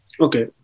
Okay